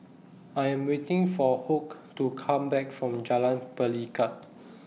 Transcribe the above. I Am waiting For Hoke to Come Back from Jalan Pelikat